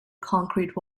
concrete